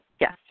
Yes